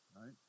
right